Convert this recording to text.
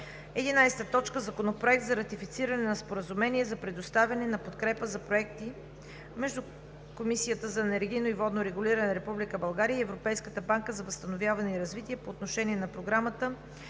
юли 2019 г. 11. Законопроект за ратифициране на Споразумение за предоставяне на подкрепа за проекти между Комисията за енергийно и водно регулиране на Република България и Европейската банка за възстановяване и развитие по отношение на програмата